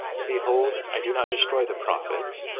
behold, i do not destroy the prophets,